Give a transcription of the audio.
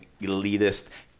elitist